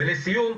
לסיום,